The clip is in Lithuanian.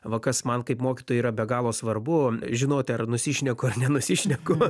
va kas man kaip mokytojui yra be galo svarbu žinoti ar nusišneku ar nenusišneku